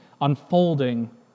unfolding